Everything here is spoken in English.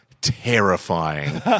terrifying